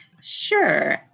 Sure